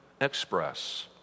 express